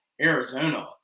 Arizona